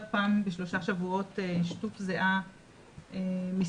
פעם בשלושה שבועות שטוף זיעה מסיוטים,